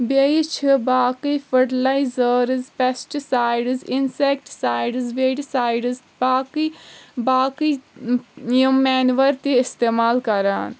بیٚیہِ چھِ باقٕے fertilizers pesticides insecticides weedicides باقٕے باقٕے یِم مینور تہِ استعمال کران